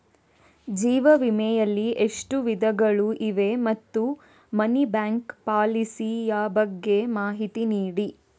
ಜೀವ ವಿಮೆ ಯಲ್ಲಿ ಎಷ್ಟು ವಿಧಗಳು ಇವೆ ಮತ್ತು ಮನಿ ಬ್ಯಾಕ್ ಪಾಲಿಸಿ ಯ ಬಗ್ಗೆ ಮಾಹಿತಿ ನೀಡಿ?